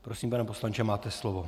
Prosím, pane poslanče, máte slovo.